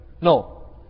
No